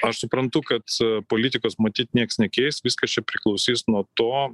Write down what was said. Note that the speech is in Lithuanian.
aš suprantu kad politikos matyt nieks nekeis viskas čia priklausys nuo to